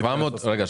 רגע,